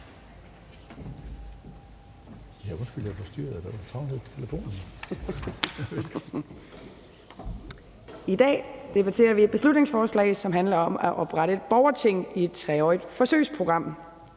I dag debatterer vi et beslutningsforslag, som handler om at oprette et borgerting i et 3-årigt forsøgsprogram.